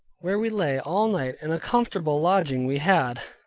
where we lay all night, and a comfortable lodging we had,